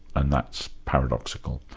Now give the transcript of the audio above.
and that's paradoxical.